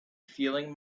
feeling